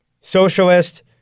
Socialist